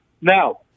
Now